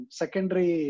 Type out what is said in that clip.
secondary